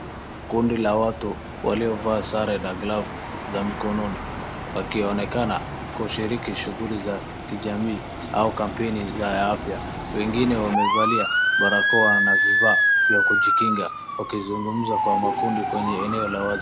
Kundi la watu waliovaa sare na glavu za mikononi wakionekana kushiriki shughuli za kijamii au kampeni ya afya. Wengine wamevalia barakoa na vifaa vya kujikinga wakizungumza kwa makundi kwenye eneo la wazi.